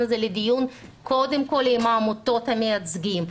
הזה לדיון קודם כל עם העמותות המייצגות,